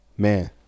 man